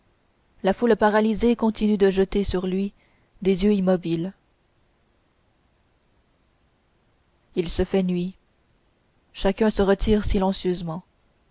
la foule paralysée continue de jeter sur lui ses yeux immobiles il se fait nuit chacun se retire silencieusement